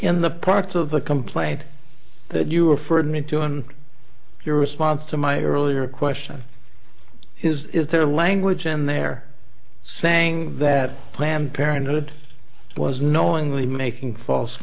in the part of the complaint that you referred me to in your response to my earlier question is there language in there saying that planned parenthood was knowingly making false